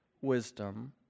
wisdom